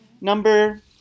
number